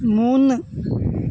മൂന്ന്